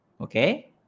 okay